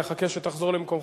נחכה שתחזור למקומך,